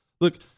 Look